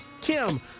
Kim